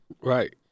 Right